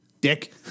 Dick